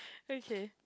okay